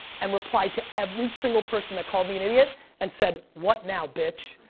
and replied to every single person that called me an idiot and said, what now, bitch?